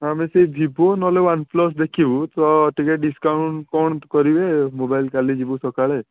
ହଁ ଆମେ ସେହି ଭିବୋ ନହେଲେ ୱାନପ୍ଲସ୍ ଦେଖିବୁ ତ ଟିକେ ଡିସକାଉଣ୍ଟ୍ କ'ଣ କରିବେ ମୋବାଇଲ୍ କାଲି ଯିବୁ ସଖାଳେ